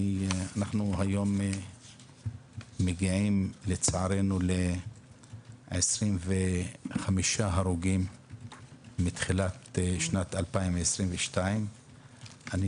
אנחנו היום מגיעים לצערנו ל-25 הרוגים מתחילת שנת 2022. אני